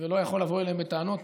ולא יכול לבוא אליהם בטענות